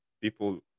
people